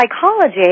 psychology